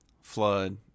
flood